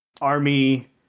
Army